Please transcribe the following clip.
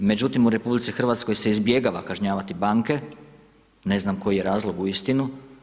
Međutim u RH se izbjegava kažnjavati banke, ne znam koji je razlog uistinu.